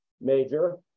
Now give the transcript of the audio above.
Major